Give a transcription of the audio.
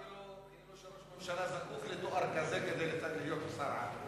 כאילו ראש ממשלה זקוק לתואר כזה כדי להיות שר-על.